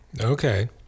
Okay